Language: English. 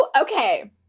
Okay